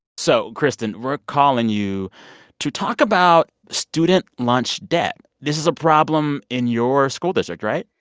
so, kristen, we're calling you to talk about student lunch debt. this is a problem in your school district, right?